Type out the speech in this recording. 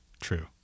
True